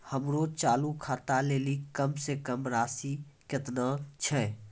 हमरो चालू खाता लेली कम से कम राशि केतना छै?